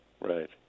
right